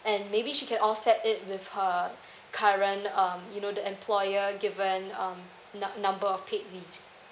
and maybe she can offset it with her current um you know the employer given um num~ number of paid leaves